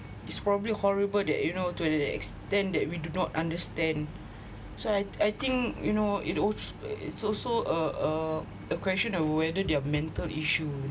it's probably horrible that you know to the extent that we do not understand so I I think you know it it's also uh uh a question of whether their mental issue